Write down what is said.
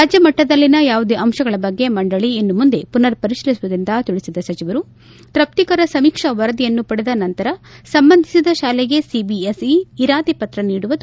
ರಾಜ್ಞಮಟ್ಟದಲ್ಲಿನ ಯಾವುದೇ ಅಂಶಗಳ ಬಗ್ಗೆ ಮಂಡಳಿ ಇನ್ನು ಮುಂದೆ ಪುನರ್ ಪರಿತೀಲಿಸುವುದಿಲ್ಲ ಎಂದು ತಿಳಿಸಿದ ಸಚಿವರು ತೃಪ್ತಿಕರ ಸಮೀಕ್ಷಾ ವರದಿಯನ್ನು ಪಡೆದ ನಂತರ ಸಂಬಂಧಿಸಿದ ಶಾಲೆಗೆ ಸಿಬಿಎಸ್ಇ ಇರಾದೆ ಪತ್ರ ನೀಡುವುದು